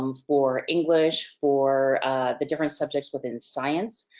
um for english, for the different subjects within science.